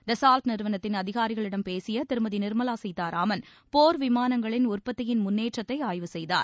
Dassault நிறுவனத்தின் அதிகாரிகளிடம் பேசிய திருமதி நிர்மவா சீத்தாராமன் போர் விமானங்களின் உற்பத்தியின் முள்ளேற்றத்தை ஆய்வு செய்தார்